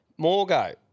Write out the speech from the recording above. Morgo